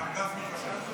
גם גפני חושב כך.